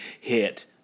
hit